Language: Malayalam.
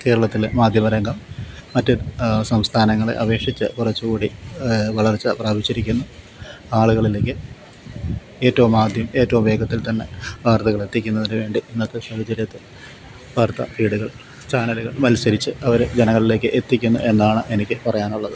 കേരളത്തിലെ മാധ്യമരംഗം മറ്റ് സംസ്ഥാനങ്ങളെ അപേക്ഷിച്ച് കുറച്ചുകൂടി വളര്ച്ച പ്രാപിച്ചിരിക്കുന്നു ആളുകളിലേക്ക് ഏറ്റവും ആദ്യം ഏറ്റവും വേഗത്തില്ത്തന്നെ വാര്ത്തകൾ എത്തിക്കുന്നതിന് വേണ്ടി ഇന്നത്തെ സാഹചര്യത്തില് വാര്ത്താഫീഡ്കള് ചാനലുകള് മത്സരിച്ച് അവർ ജനങ്ങളിലേക്ക് എത്തിക്കുന്നു എന്നാണ് എനിക്ക് പറയാനുള്ളത്